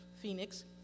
Phoenix